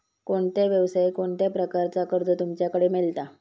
कोणत्या यवसाय कोणत्या प्रकारचा कर्ज तुमच्याकडे मेलता?